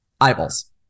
eyeballs